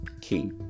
key